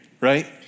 right